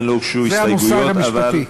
אכן, לא הוגשו הסתייגות, אבל, זה המושג המשפטי.